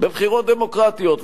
בבחירות דמוקרטיות.